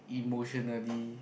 emotionally